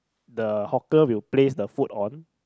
the hawker will place the food on